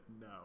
no